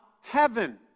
heaven